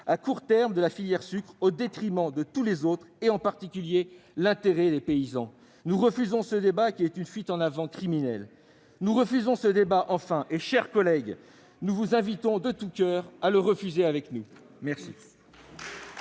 à court terme de la filière sucre au détriment de tous les autres, en particulier de ceux des paysans. Nous refusons ce débat qui est une fuite en avant criminelle. Honteux ! Nous refusons ce débat et, mes chers collègues, nous vous invitons de tout coeur à le refuser avec nous !